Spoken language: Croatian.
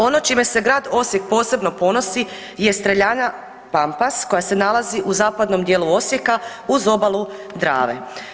Ono čime se grad Osijek posebno ponosi je streljana Pampas koja se nalazi u zapadnom dijelu Osijeka uz obalu Drave.